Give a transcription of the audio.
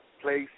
Place